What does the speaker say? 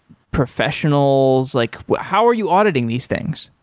professionals? like how are you auditing these things?